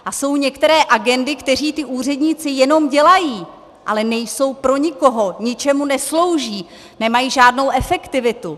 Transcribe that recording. A jsou některé agendy, které ti úředníci jenom dělají, ale nejsou pro nikoho, ničemu neslouží, nemají žádnou efektivitu.